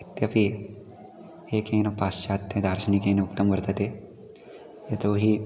इत्यपि एकेन पाश्चात्येन दार्शनिकेन उक्तं वर्तते यतो हि